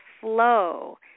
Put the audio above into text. flow